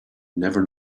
never